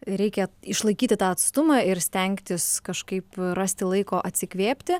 reikia išlaikyti tą atstumą ir stengtis kažkaip rasti laiko atsikvėpti